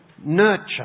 nurture